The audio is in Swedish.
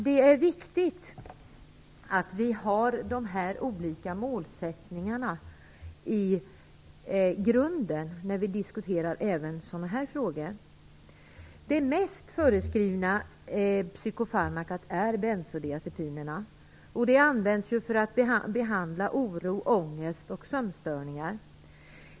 Det är viktigt att vi har de här olika målsättningarna i grunden när vi diskuterar även sådana här frågor. Mest förskrivna psykofarmaka är bensodiazepiner. De används för att behandla oro, ångest och sömnstörningar.